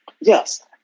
Yes